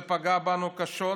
זה פגע בנו קשות,